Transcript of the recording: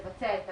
לבצע את הבדיקה,